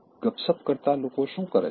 ગપસપ કરતા લોકો શું કરે છે